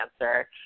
answer